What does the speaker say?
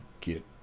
get